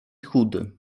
chudy